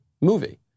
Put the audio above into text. movie